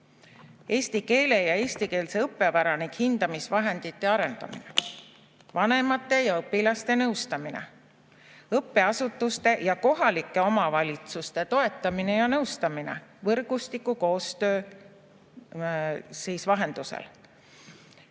eesti keele ja eestikeelse õppevara ning hindamisvahendite arendamine, vanemate ja õpilaste nõustamine, õppeasutuste ja kohalike omavalitsuste toetamine ja nõustamine võrgustikukoostöö vahendusel,